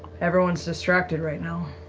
everyone's distracted right now.